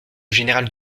général